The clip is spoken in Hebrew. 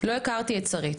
לא הכרתי את שרית.